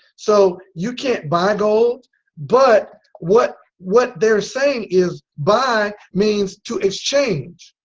so you can't buy gold but what what they're saying is buy means to exchange,